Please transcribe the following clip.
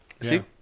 See